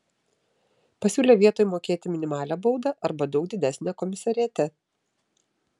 pasiūlė vietoj mokėti minimalią baudą arba daug didesnę komisariate